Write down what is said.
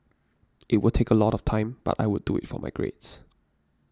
it would take a lot of time but I would do it for my grades